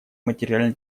материально